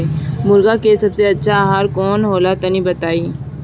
मुर्गी के सबसे अच्छा आहार का होला तनी बताई?